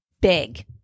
big